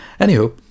Anywho